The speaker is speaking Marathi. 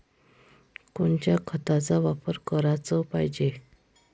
कोनच्या खताचा वापर कराच पायजे?